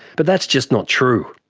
but that's just not true.